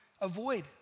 avoid